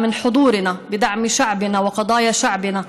פחות מסיתה ומחוקקת חוקים גזעניים,